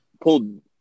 pulled